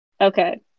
Okay